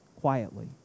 quietly